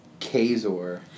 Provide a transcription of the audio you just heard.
Kazor